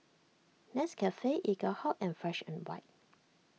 Nescafe Eaglehawk and Fresh and White